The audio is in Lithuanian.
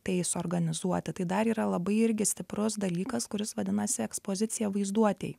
tai suorganizuoti tai dar yra labai irgi stiprus dalykas kuris vadinasi ekspozicija vaizduotėj